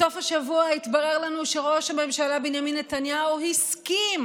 בסוף השבוע התברר לנו שראש הממשלה בנימין נתניהו הסכים